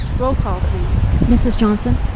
roll call, please. mrs. johnson.